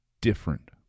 different